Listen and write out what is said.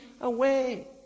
away